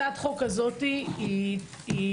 הצעת חוק כזאת לארגונים